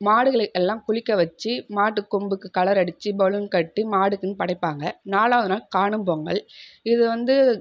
மாடுகளை எல்லாம் குளிக்க வச்சு மாட்டு கொம்புக்கு கலர் அடிச்சு பலூன் கட்டி மாடுக்குன்னு படைப்பாங்க நாலாவது நாள் காணும் பொங்கல் இது வந்து